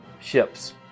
ships